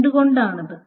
എന്തുകൊണ്ടാണത്